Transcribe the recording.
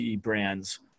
brands